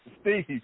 Steve